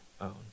own